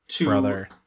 brother